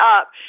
up